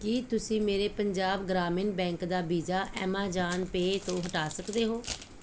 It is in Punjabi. ਕੀ ਤੁਸੀਂਂ ਮੇਰੇ ਪੰਜਾਬ ਗ੍ਰਾਮੀਣ ਬੈਂਕ ਦਾ ਵੀਜ਼ਾ ਐਮਾਜ਼ਾਨ ਪੇਅ ਤੋਂ ਹਟਾ ਸਕਦੇ ਹੋ